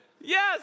Yes